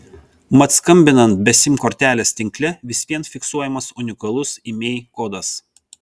mat skambinant be sim kortelės tinkle vis vien fiksuojamas unikalus imei kodas